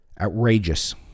outrageous